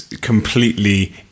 completely